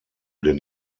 den